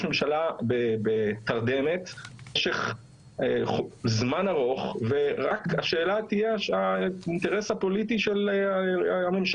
ממשלה בתרדמת במשך זמן ארוך והשאלה תהיה האינטרס הפוליטי של הממשלה,